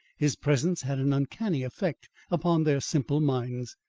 his presence had an uncanny effect upon their simple minds.